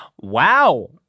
Wow